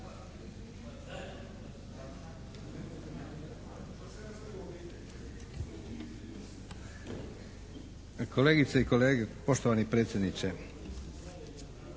Kolegice i kolege, poštovani predsjedniče.